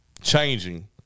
changing